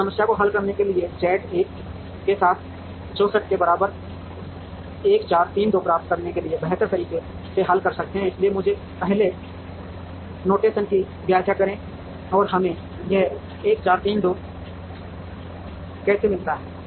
हम इस समस्या को हल करने के लिए जेड 1 के साथ 64 के बराबर 1 4 3 2 प्राप्त करने के लिए बेहतर तरीके से हल करते हैं इसलिए मुझे पहले नोटेशन की व्याख्या करें और हमें यह 1 4 3 2 कैसे मिलता है